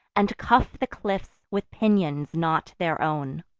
and cuff the cliffs with pinions not their own.